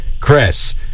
Chris